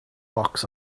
box